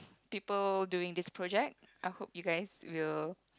people doing this project I hope you guys will